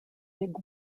big